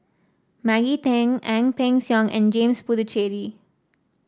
Maggie Teng Ang Peng Siong and James Puthucheary